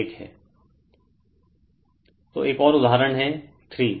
Refer Slide Time 0930 तो एक और उदाहरण है 3